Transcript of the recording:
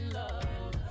love